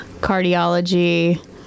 cardiology